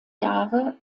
jahre